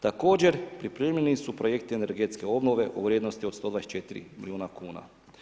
Također pripremljeni su projekti energetske obnove u vrijednosti od 124 milijuna kn.